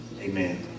Amen